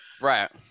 Right